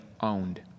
owned